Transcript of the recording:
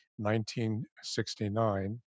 1969